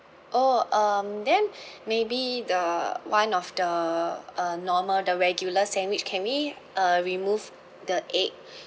oh um then maybe the one of the uh normal the regular sandwich can we uh remove the egg